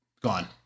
gone